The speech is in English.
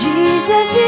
Jesus